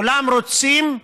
כולם רוצים מדרג,